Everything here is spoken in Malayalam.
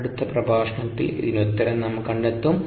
അടുത്ത പ്രഭാഷണത്തിൽ ഇതിനുത്തരം നാം കണ്ടെത്തും